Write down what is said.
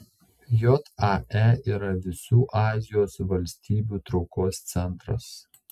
jae yra visų azijos valstybių traukos centras